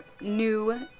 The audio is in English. new